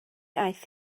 aeth